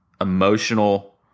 emotional